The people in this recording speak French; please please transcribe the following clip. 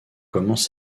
commence